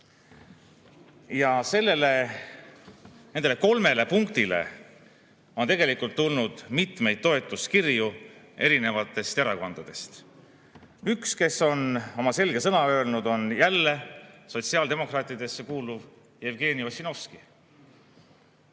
ei ulatu. Nendele kolmele punktile on tegelikult tulnud mitmeid toetuskirju erinevatest erakondadest. Üks, kes on oma selge sõna öelnud, on jälle sotsiaaldemokraatidesse kuuluv Jevgeni Ossinovski: